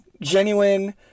genuine